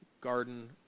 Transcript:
garden